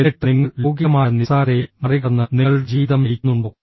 എന്നിട്ട് നിങ്ങൾ ലൌകികമായ നിസ്സാരതയെ മറികടന്ന് നിങ്ങളുടെ ജീവിതം നയിക്കുന്നുണ്ടോ